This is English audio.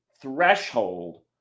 threshold